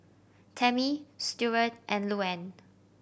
Tammie Steward and Louann